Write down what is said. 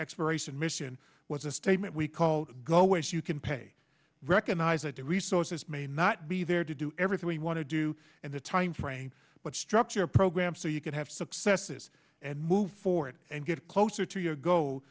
exploration mission was a statement we call go ways you can pay recognize that the resources may not be there to do everything we want to do and the timeframe but structure programs so you can have successes and move forward and get closer to your goal